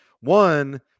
One